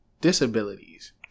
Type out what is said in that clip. disabilities